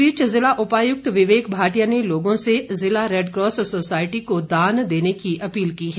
इस बीच जिला उपायुक्त विवेक भाटिया ने लोगों से जिला रेडक्रॉस सोसाइटी को दान देने की अपील की है